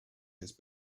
his